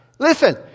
Listen